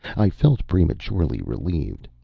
i felt prematurely relieved.